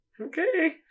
Okay